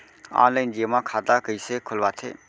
Online जेमा खाता कइसे खोलवाथे?